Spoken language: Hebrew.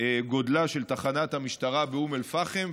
גודלה של תחנת המשטרה באום אל-פחם,